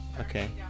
Okay